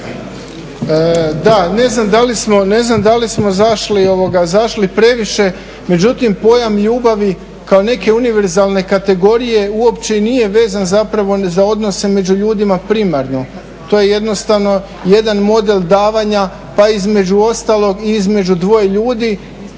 Da, ne znam da li smo zašli previše. Međutim, pojam ljubavi kao neke univerzalne kategorije uopće i nije vezan zapravo za odnose među ljudima primarno. To je jednostavno jedan model davanja pa između ostalog i između dvoje ljudi